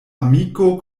amiko